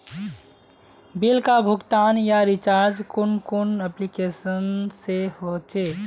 Bill का भुगतान या रिचार्ज कुन कुन एप्लिकेशन से होचे?